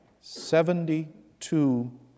Seventy-two